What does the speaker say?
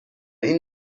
این